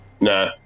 Nah